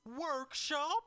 workshop